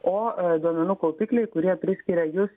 o duomenų kaupikliai kurie priskiria jus